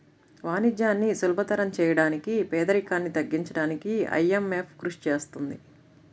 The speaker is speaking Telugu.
వాణిజ్యాన్ని సులభతరం చేయడానికి పేదరికాన్ని తగ్గించడానికీ ఐఎంఎఫ్ కృషి చేస్తుంది